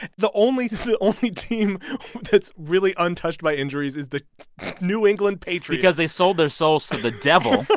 the only the only team that's really untouched by injuries is the new england patriots because they sold their souls to the devil